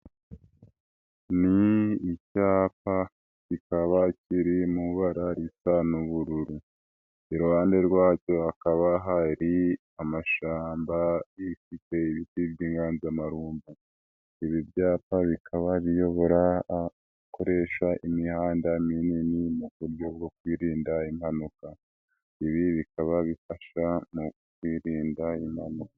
Ni icyapa kikaba kiri mu barara risa n'ubururu, iruhande rwacyo hakaba hari amashyamba afite ibiti by'inganzamarumbu, ibi byapa bikaba biyobora abakoresha imihanda minini mu buryo bwo kwirinda impanuka, ibi bikaba bifasha mu kwirinda impanuka.